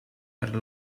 per